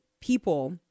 people